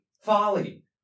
Folly